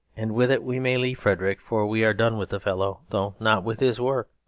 and with it we may leave frederick, for we are done with the fellow though not with his work.